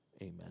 Amen